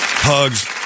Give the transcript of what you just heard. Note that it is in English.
hugs